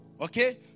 Okay